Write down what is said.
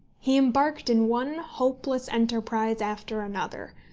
he embarked in one hopeless enterprise after another,